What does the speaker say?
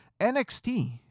nxt